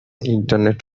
internet